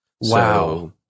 Wow